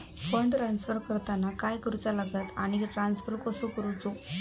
Fund transfer करताना काय करुचा लगता आनी ट्रान्स्फर कसो करूचो?